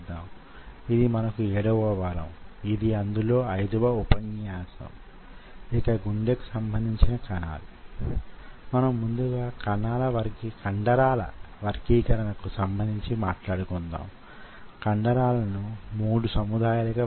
లేదా ఇప్పుడిప్పుడే వెలుగులోకి వస్తున్న రాబోయే 20 నుండి 25 సంవత్సరాలలో సెల్ కల్చర్ టెక్నాలజీ యొక్క రూపురేఖా విలాసాలను తప్పకుండా మార్చగలవి